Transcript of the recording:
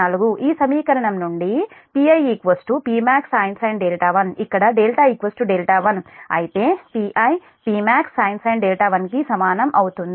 ఈ సమీకరణం నుండి Pi Pmax sin 1 ఇక్కడ δ 1అయితే Pi Pmax sin 1 కి సమానం అవుతుంది